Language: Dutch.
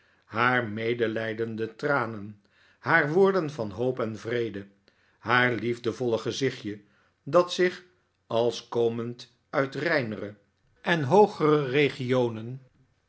haar medelijdende tranen haar woorden van hoop en vrede haar liefdevolle gezich'tje dat zich als komend uit reinere en hoogere regionen